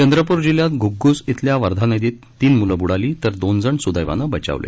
चंद्रपूर जिल्ह्यात घ्ग्ग्स इथल्या वर्धा नदीत तीन म्लं ब्डाली तर दोन जण स्दब्धानं बचावले